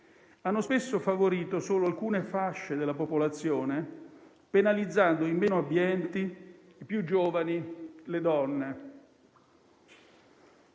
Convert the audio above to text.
hanno spesso favorito solo alcune fasce della popolazione, penalizzando i meno abbienti, i più giovani e le donne.